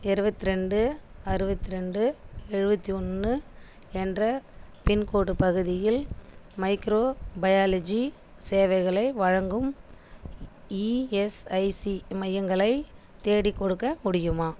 இருபத்ரெண்டு அறுபத்ரெண்டு எழுபத்தி ஒன்று என்ற பின்கோடு பகுதியில் மைக்ரோபயாலஜி சேவைகளை வழங்கும் இஎஸ்ஐசி மையங்களை தேடிக்கொடுக்க முடியுமா